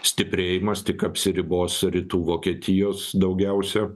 stiprėjimas tik apsiribos rytų vokietijos daugiausia